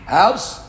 house